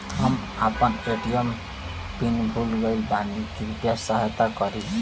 हम आपन ATM pin भूल गईल बानी कृपया सहायता करी